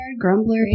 Grumbler